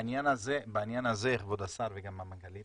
בעניין הזה, כבוד השר וגם המנכ"לית,